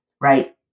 right